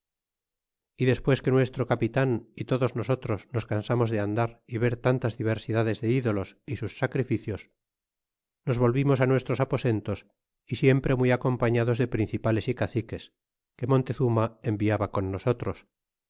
y despues que nuestro capitan y todos nosotros nos cansarnos de andar y ver tantas diversidades de ídolos y sus sacrificios nos volvimos nuestros aposentos y siempre muy acompaiiados de principales y caciques que montezuma enviaba con nosotros